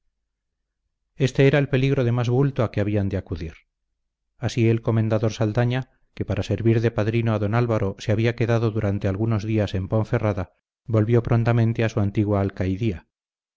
este era el peligro de más bulto a que había que acudir así el comendador saldaña que para servir de padrino a don álvaro se había quedado durante algunos días en ponferrada volvió prontamente a su antigua alcaidía